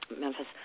Memphis